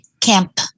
camp